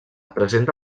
presenta